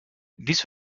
dies